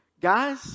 Guys